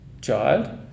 child